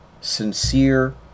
sincere